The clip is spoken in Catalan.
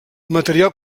material